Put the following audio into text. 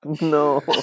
no